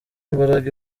mbaraga